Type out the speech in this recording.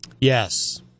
Yes